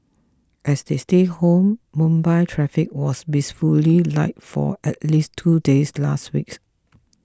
as they stayed home Mumbai's traffic was blissfully light for at least two days last weeks